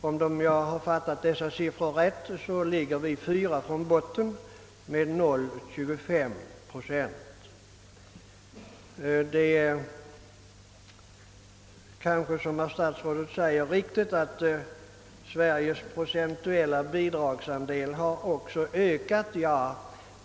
Om jag uppfattat dessa siffror riktigt, ligger Sverige fyra från botten med sina 0,25 procent. Det är kanske riktigt, som statsrådet säger, att Sveriges procentuella bidragsandel ökat.